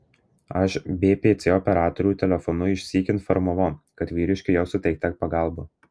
aš bpc operatorių telefonu išsyk informavau kad vyriškiui jau suteikta pagalba